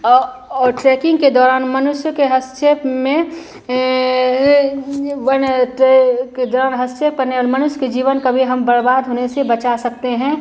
औ और ट्रेकिन्ग के दौरान मनुष्य के हस्तक्षेप में हस्तक्षेप करने और मनुष्य के जीवन को भी हम बर्बाद होने से बचा सकते हैं